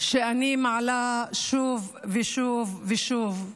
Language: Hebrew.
שאני מעלה שוב ושוב ושוב: